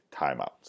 timeouts